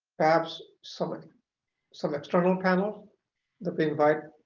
perhaps some like some external panel that they invite